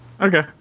Okay